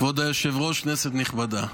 כבוד היושב-ראש, כנסת נכבדה,